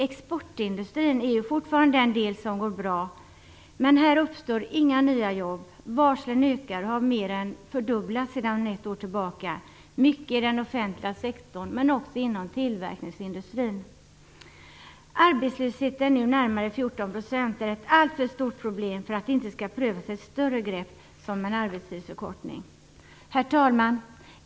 Exportindustrin går fortfarande bra, men där uppstår inga nya jobb. Varslen ökar och har mer än fördubblats det senaste året. Detta gäller till stor del den offentliga sektorn men också tillverkningsindustrin. Arbetslösheten - som nu är närmare 14 %- är ett alltför stort problem för att det inte skall prövas ett större grepp, som en arbetstidsförkortning. Herr talman!